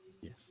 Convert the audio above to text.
yes